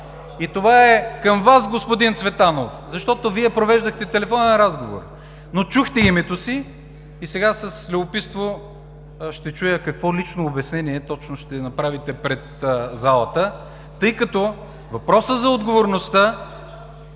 Това е към Вас, господин Цветанов, защото Вие провеждахте телефонен разговор, но чухте името си и сега с любопитство ще чуя какво лично обяснение точно ще направите пред залата, тъй като въпросът за отговорността